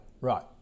Right